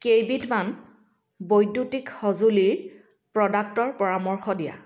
কেইবিধমান বৈদ্যুতিক সঁজুলিৰ প্ৰডাক্টৰ পৰামৰ্শ দিয়া